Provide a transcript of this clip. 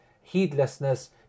heedlessness